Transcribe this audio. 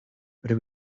rydw